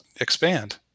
expand